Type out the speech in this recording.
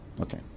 Okay